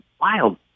wild